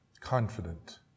confident